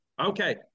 Okay